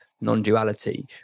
non-duality